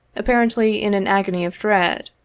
apparently in an agony of dread.